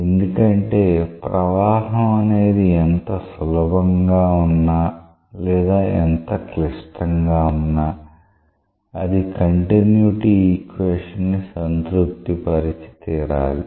ఎందుకంటే ప్రవాహం అనేది ఎంత సులభంగా ఉన్నా లేదా ఎంత క్లిష్టంగా ఉన్నా అది కంటిన్యుటీ ఈక్వేషన్ ని సంతృప్తిపరిచి తీరాలి